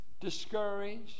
discouraged